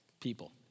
people